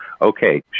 Okay